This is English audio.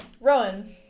Rowan